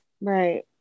right